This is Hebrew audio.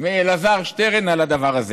מאלעזר שטרן על הדבר הזה.